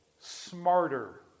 smarter